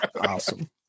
Awesome